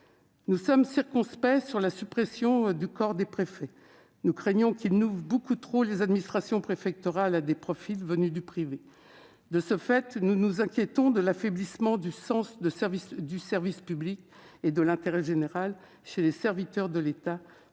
Nous sommes circonspects sur la suppression du corps des préfets. Nous craignons que cela n'ouvre beaucoup trop les administrations préfectorales à des profils venus du privé. De ce fait, nous nous inquiétons de l'affaiblissement du sens du service public et de l'intérêt général chez les serviteurs de l'État,